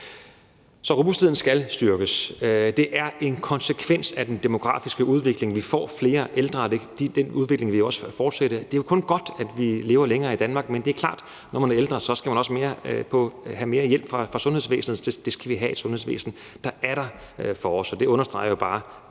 Robustheden skal styrkes. Det er en konsekvens af den demografiske udvikling, at vi får flere ældre. Den udvikling vil fortsætte. Det er jo kun godt, at vi lever længere i Danmark, men det er klart, at man, når man er ældre, også skal have mere hjælp fra sundhedsvæsenet. Vi skal have et sundhedsvæsen, der er der for os. Det understreger bare